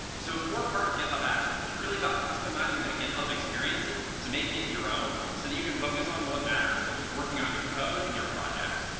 so a core part of github actions is really about customizing that github experience, to make it your own, so that you can focus on what matters, which is working on your code in your project.